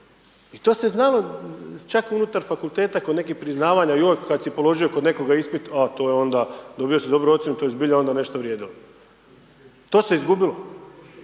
I to se znalo čak unutar fakulteta kod nekih priznavanja, joj kad si položio kod nekog ispita a to je onda, dobio si dobru ocjenu, to je zbilja onda nešto vrijedilo. To se izgubilo.